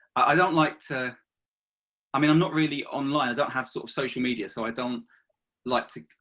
i don't like to i mean i'm not really online i don't have sort of social media so i don't like to,